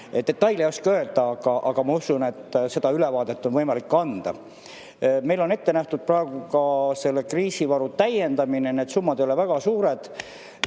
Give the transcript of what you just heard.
Detaile ei oska öelda, aga ma usun, et seda ülevaadet on võimalik anda. Meil on ette nähtud praegu ka selle kriisivaru täiendamine, need summad ei ole väga suured.